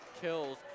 kills